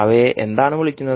അവയെ എന്താണ് വിളിക്കുന്നത്